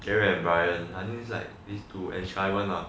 gary and brian I think like this two and simon lah